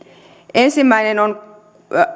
ensimmäinen on